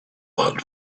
had